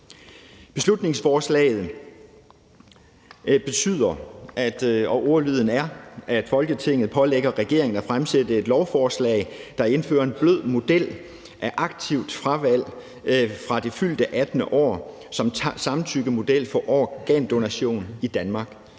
Beslutningsforslagets ordlyd er: »Folketinget pålægger regeringen at fremsætte lovforslag, der indfører en blød model af aktivt fravalg fra det fyldte 18. år som samtykkemodel til organdonation i Danmark.«